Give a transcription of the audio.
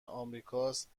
آمریکاست